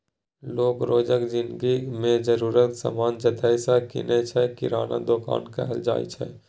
लोक रोजक जिनगी मे जरुरतक समान जतय सँ कीनय छै किराना दोकान कहल जाइ छै